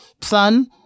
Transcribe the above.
son